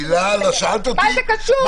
מה זה קשור?